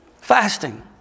Fasting